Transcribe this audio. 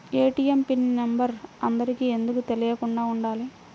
ATM PIN number అందరికి ఎందుకు తెలియకుండా ఉండాలి?